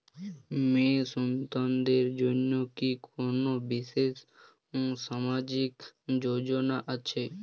মেয়ে সন্তানদের জন্য কি কোন বিশেষ সামাজিক যোজনা আছে?